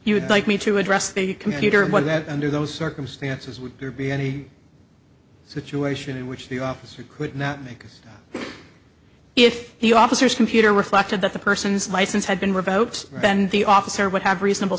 you would like me to address the computer and what you have under those circumstances would there be any situation in which the officer could not make if he officers computer reflected that the person's license had been revoked and the officer would have reasonable